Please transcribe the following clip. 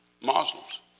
Muslims